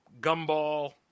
Gumball